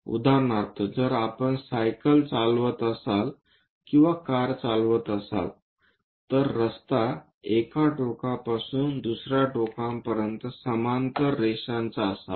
उदाहरणार्थ जर आपण सायकल चालवत असाल किंवा कार चालवत असाल तर रस्ता एका टोकापासून दुसर्या टोकापर्यंत समांतर रेषांचा असावा